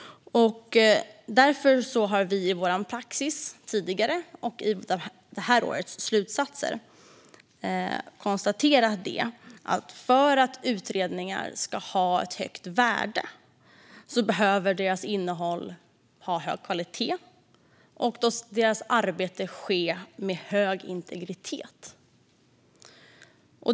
Därför har vi i vår praxis tidigare, och även i det här årets slutsatser, konstaterat att utredningar för att ha ett högt värde behöver ha hög kvalitet på innehållet samt att arbetet behöver ske med stor integritet.